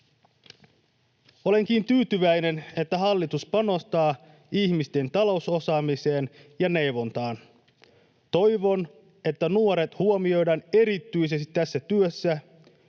Olenkin tyytyväinen, että hallitus panostaa ihmisten talousosaamiseen ja ‑neuvontaan. Toivon, että nuoret huomioidaan erityisesti tässä työssä.